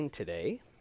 today